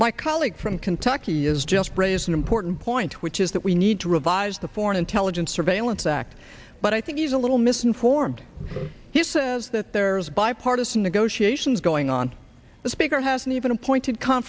my colleague from kentucky is just brazen important point which is that we need to revise the foreign intelligence surveillance act but i think he's a little misinformed he says that there's bipartisan negotiations going on the speaker hasn't even appointed con